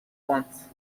once